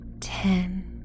Ten